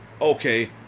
okay